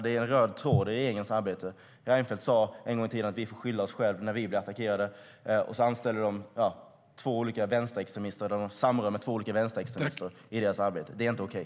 Det är en röd tråd i regeringens arbete. Reinfeldt sade en gång i tiden att vi får skylla oss själva när vi blir attackerade. Sedan anställer de två olika vänsterextremister. Det är inte okej.